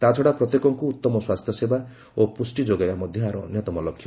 ତା୍ଚଡ଼ା ପ୍ରତ୍ୟେକଙ୍କ ଉତ୍ତମ ସ୍ପାସ୍ଥ୍ୟସେବା ଓ ପୁଷ୍ଟି ଯୋଗାଇବା ମଧ୍ୟ ଏହାର ଅନ୍ୟତମ ଲକ୍ଷ୍ୟ